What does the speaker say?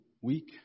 week